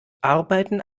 arbeiten